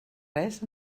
res